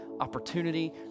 opportunity